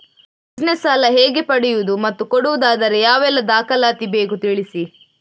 Business ಸಾಲ ಹೇಗೆ ಪಡೆಯುವುದು ಮತ್ತು ಕೊಡುವುದಾದರೆ ಯಾವೆಲ್ಲ ದಾಖಲಾತಿ ಬೇಕು ತಿಳಿಸಿ?